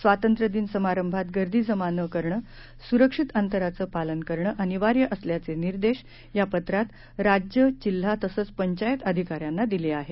स्वातंत्र्य दिन समारंभात गर्दी जमा न करणं सुरक्षित अंतराचं पालन करणं अनिवार्य असल्याचे निर्देश या पत्रात राज्य जिल्हा तसंच पंचायत अधिकाऱ्यांना दिले आहेत